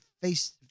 face